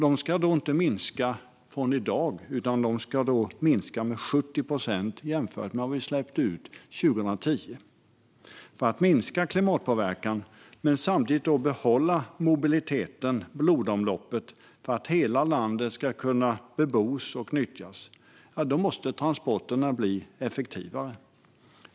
De ska inte minska med 70 procent från i dag utan jämfört med vad vi släppte ut 2010. För att minska klimatpåverkan men samtidigt behålla mobiliteten, blodomloppet, för att hela landet ska kunna bebos och nyttjas måste transporterna bli effektivare.